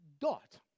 dot